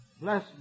Bless